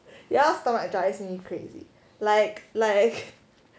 you stomach drives me crazy like like